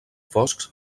foscs